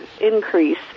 increase